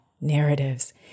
narratives